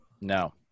No